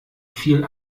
viel